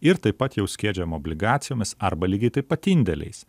ir taip pat jau skiedžiam obligacijomis arba lygiai taip pat indėliais